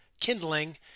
Kindling